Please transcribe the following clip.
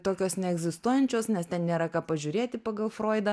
tokios neegzistuojančios nes ten nėra ką pažiūrėti pagal froidą